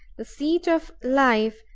the seat of life,